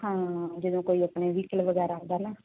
ਹਾਂ ਜਦੋਂ ਕੋਈ ਆਪਣੇ ਵਹੀਕਲ ਵਗੈਰਾ ਲੰਘਾਉਦਾ ਨਾ